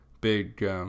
big